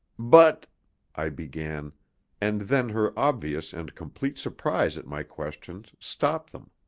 but i began and then her obvious and complete surprise at my questions stopped them.